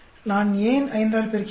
நான் ஏன் 5 ஆல் பெருக்கினேன்